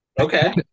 Okay